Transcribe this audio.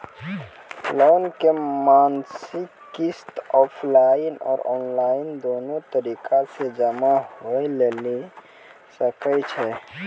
Loan के मासिक किस्त ऑफलाइन और ऑनलाइन दोनो तरीका से जमा होय लेली सकै छै?